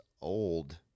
old